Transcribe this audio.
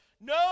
No